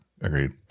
agreed